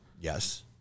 Yes